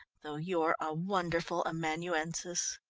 though you're a wonderful amanuensis.